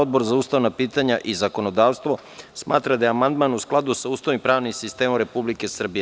Odbor za ustavna pitanja i zakonodavstvo smatra da je amandman u skladu sa Ustavom i pravnim sistemom Republike Srbije.